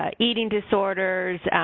ah eating disorders,